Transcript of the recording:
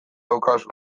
daukazu